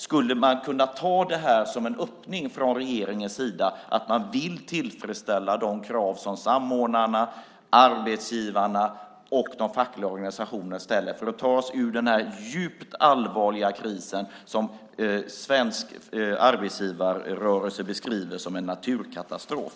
Skulle man kunna se detta som en öppning från regeringens sida, att man vill tillfredsställa de krav som samordnarna, arbetsgivarna och de fackliga organisationerna ställer för att ta oss ur denna djupt allvarliga kris som svensk arbetsgivarrörelse beskriver som en naturkatastrof?